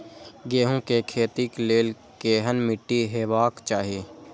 गेहूं के खेतीक लेल केहन मीट्टी हेबाक चाही?